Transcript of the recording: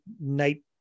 night